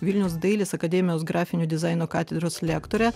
vilniaus dailės akademijos grafinio dizaino katedros lektore